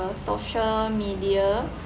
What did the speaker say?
social media